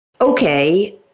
okay